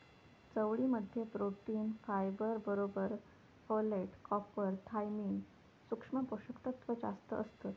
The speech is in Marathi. चवळी मध्ये प्रोटीन, फायबर बरोबर फोलेट, कॉपर, थायमिन, सुक्ष्म पोषक तत्त्व जास्तं असतत